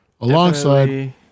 alongside